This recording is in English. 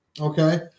Okay